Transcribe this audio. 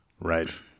right